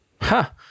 Ha